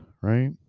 right